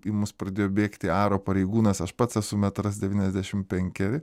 į mus pradėjo bėgti aro pareigūnas aš pats esu metras devyniasdešim penkeri